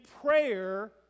prayer